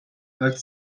earth